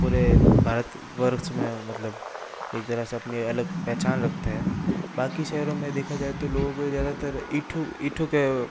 पूरे भारतवर्ष में मतलब एक तरह से अपनी अलग पहचान रखते हैं बाकी शहरों मे देखा जाए तो लोग ज़्यादातर ईंटों ईंटों का